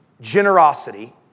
generosity